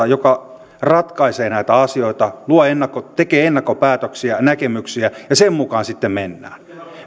joka ratkaisee näitä asioita tekee ennakkopäätöksiä näkemyksiä ja sen mukaan sitten mennään